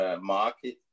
Market